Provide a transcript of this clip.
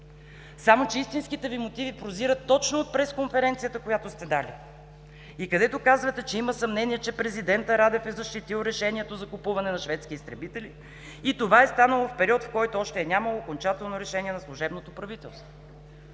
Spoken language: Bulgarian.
Само че истинските Ви мотиви прозират точно от пресконференцията, която сте дали и в която казвате, че: „има съмнение, че президентът Радев е защитил решението за купуване на шведски изтребители и това е станало в период, в който още е нямало окончателно решение на служебното правителство“.